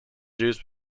juice